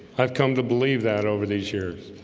i've come to believe that over these years